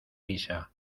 misa